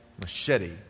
machete